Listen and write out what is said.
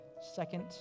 second